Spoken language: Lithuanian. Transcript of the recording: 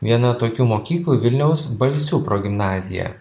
viena tokių mokyklų vilniaus balsių progimnazija